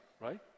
right